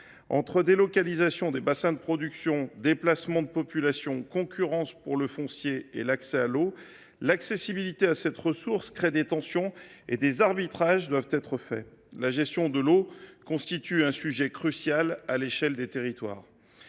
vivre… Délocalisation des bassins de production, déplacements de populations, concurrence pour le foncier et pour l’accès à la ressource en eau : ces phénomènes créent des tensions et des arbitrages doivent être faits. La gestion de l’eau constitue un sujet crucial, à l’échelle des territoires.